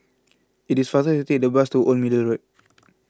it is faster take the bus to Old Middle Road